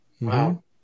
Wow